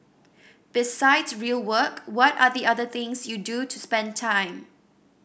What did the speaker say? besides real work what are the other things you do to spend time